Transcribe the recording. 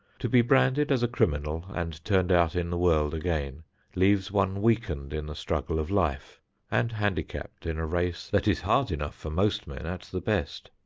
to be branded as a criminal and turned out in the world again leaves one weakened in the struggle of life and handicapped in a race that is hard enough for most men at the best.